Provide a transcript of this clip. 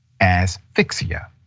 asphyxia